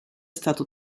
stato